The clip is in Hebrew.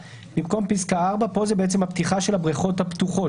במקום פסקה (4) יבוא: פה זה בעצם הפתיחה של הבריכות הפתוחות,